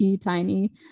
tiny